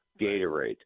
Gatorade